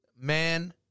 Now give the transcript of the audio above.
man